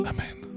Amen